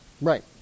Right